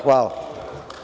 Hvala.